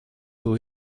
who